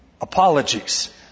apologies